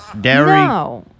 Dairy